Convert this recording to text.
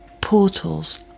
portals